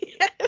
Yes